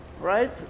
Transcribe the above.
right